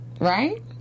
right